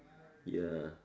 ya mmhmm